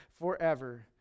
forever